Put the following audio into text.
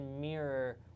mirror